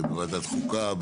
בוועדת חוקה,